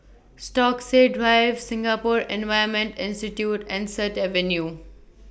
Stokesay Drive Singapore Environment Institute and Sut Avenue